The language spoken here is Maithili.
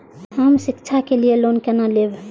हम शिक्षा के लिए लोन केना लैब?